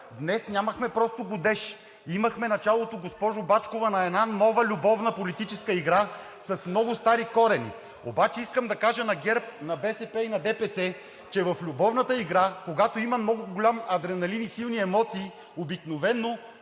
Днес нямахме просто годеж, имахме началото, госпожо Бачкова, на една нова любовна политическа игра, с много стари корени. Обаче искам да кажа на ГЕРБ, на БСП и на ДПС, че в любовната игра, когато има много голям адреналин и силни емоции, обикновено